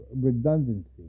redundancy